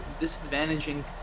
disadvantaging